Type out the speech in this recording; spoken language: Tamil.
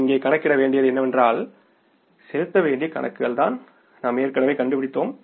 நாம் இங்கே கணக்கிட வேண்டியது என்னவென்றால் செலுத்த வேண்டிய கணக்குகள் தான் நாம் ஏற்கனவே கண்டுபிடித்தோம்